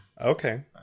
Okay